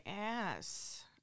ass